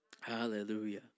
Hallelujah